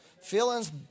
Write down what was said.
Feelings